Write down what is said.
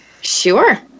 sure